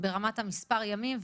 ברמת מספר הימים,